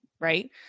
right